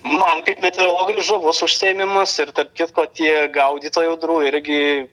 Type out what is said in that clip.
man kaip meterologui žavus užsiėmimas ir tarp kitko tie gaudytojai audrų irgi